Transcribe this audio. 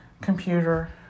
computer